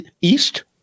East